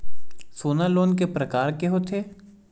सोना लोन के प्रकार के होथे?